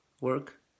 work